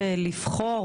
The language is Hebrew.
הסקר